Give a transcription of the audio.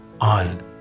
on